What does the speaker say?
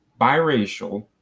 biracial